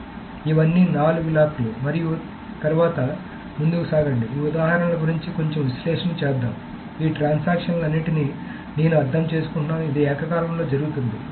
కాబట్టి ఇవన్నీ నాలుగు లాక్ లు తర్వాత ముందుకు సాగండి ఈ ఉదాహరణల గురించి కొంచెం విశ్లేషణ చేద్దాం ఈ ట్రాన్సాక్షన్ లన్నింటినీ నేను అర్థం చేసుకున్నాను ఇది ఏకకాలంలో జరుగుతోంది